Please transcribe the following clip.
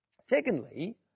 Secondly